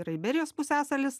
yra iberijos pusiasalis